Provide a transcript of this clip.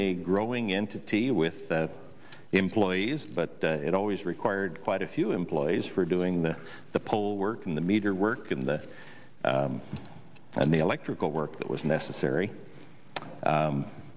the growing in to tea with the employees but it always required quite a few employees for doing the the poll work and the meter work and the and the electrical work that was necessary